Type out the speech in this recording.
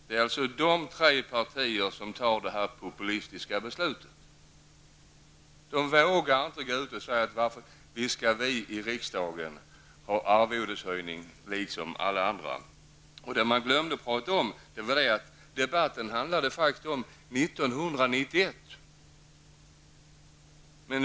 Det är alltså dessa tre partier som står för det här populistiska beslutet. De vågar inte gå ut och säga: Visst skall vi i riksdagen ha arvodesförhöjning liksom alla andra. Vad man glömde tala om var att debatten faktiskt handlade om 1991.